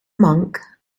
monk